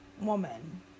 woman